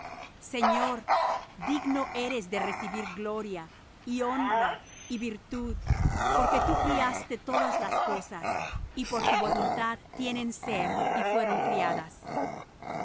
señor digno eres de recibir gloria y honra y virtud porque tú criaste todas las cosas y por tu voluntad tienen ser y fueron criadas y